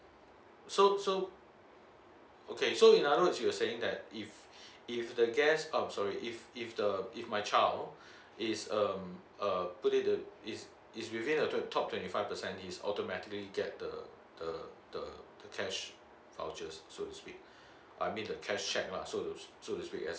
so so okay so in other words you're saying that if if the guest um sorry if if the if my child is um uh today the he's he's really a top twenty five percent he's automatically get the the the cash vouchers so to speak I mean the cash cheque lah so so to speak as